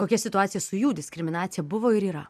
kokia situacija su jų diskriminacija buvo ir yra